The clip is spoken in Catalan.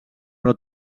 però